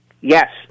Yes